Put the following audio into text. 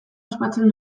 ospatzen